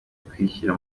kwishyira